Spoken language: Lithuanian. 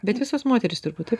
bet visos moterys turbūt taip